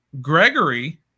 Gregory